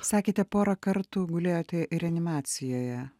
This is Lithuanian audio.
sakėte porą kartų gulėjote ir reanimacijoje